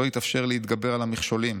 לא יתאפשר להתגבר על המכשולים,